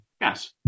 Yes